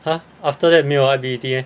ha after that 没有 I_P_P_T meh